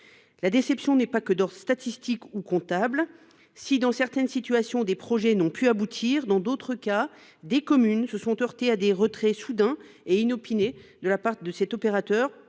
La déception n’est pas que d’ordre statistique ou comptable. Si, dans certaines situations, des projets n’ont pu aboutir, dans d’autres cas, des communes se sont heurtées à des retraits soudains et inopinés de la part d’opérateurs